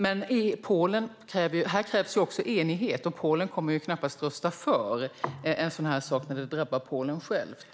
Men här krävs också enighet, och Polen kommer knappast rösta för något sådant när det drabbar Polen självt.